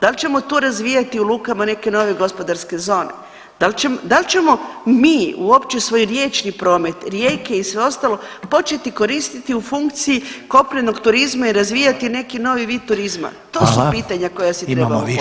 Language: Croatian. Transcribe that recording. Dal ćemo to razvijati u lukama neke nove gospodarske zone, dal ćemo mi uopće svoj riječni promet, rijeke i sve ostalo početi koristiti u funkciju kopnenog turizma i razvijati neki novi vid turizma, to su pitanja koja si trebamo postaviti.